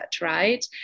Right